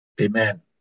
Amen